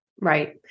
Right